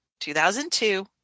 2002